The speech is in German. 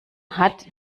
hat